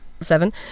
seven